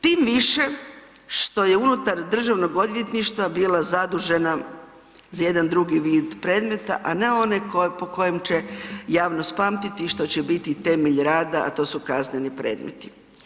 Tim više što je unutar Državnog odvjetništva bila zadužena za jedan drugi vid predmeta, a ne one po kojem će javnost pamtiti i što će biti i temelj rada, a to su kazneni predmeti.